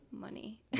money